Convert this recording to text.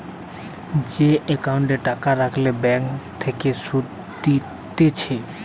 যে একাউন্টে টাকা রাখলে ব্যাঙ্ক থেকে সুধ দিতেছে